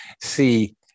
see